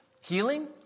healing